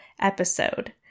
episode